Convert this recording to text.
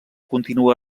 continua